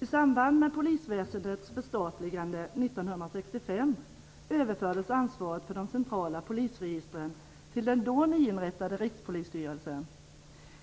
Herr talman! I Samband med polisväsendets förstatligande år 1965 överfördes ansvaret för de centrala polisregistren till den då nyinrättade Rikspolisstyrelsen.